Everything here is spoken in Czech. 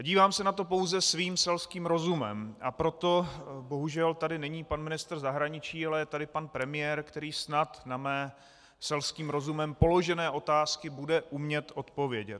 Dívám se na to pouze svým selským rozumem, a proto bohužel tady není pan ministr zahraničí, ale je tady pan premiér, který snad na mé selským rozumem položené otázky bude umět odpovědět.